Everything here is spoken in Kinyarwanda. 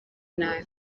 nabi